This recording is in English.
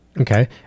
Okay